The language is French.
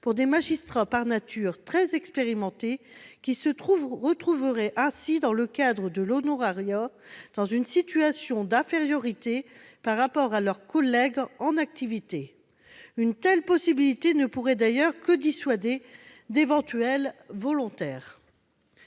pour des magistrats par nature très expérimentés, qui se retrouveraient ainsi, dans le cadre de l'honorariat, dans une situation d'infériorité par rapport à leurs collègues en activité. Une telle possibilité ne pourrait d'ailleurs que dissuader d'éventuels volontaires.